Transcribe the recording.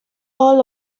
all